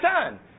son